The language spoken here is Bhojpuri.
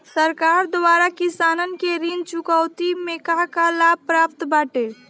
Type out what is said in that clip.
सरकार द्वारा किसानन के ऋण चुकौती में का का लाभ प्राप्त बाटे?